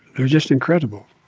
they were just incredible.